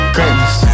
Greatness